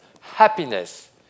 happiness